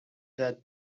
the